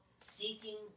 seeking